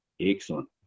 excellent